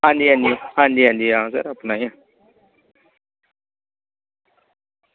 हां जी हां जी हां जी हां सर अपना ई ऐ